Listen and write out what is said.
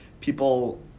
people